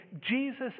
Jesus